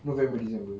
november december